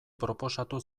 proposatu